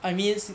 I means